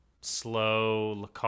slow